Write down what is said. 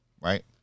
right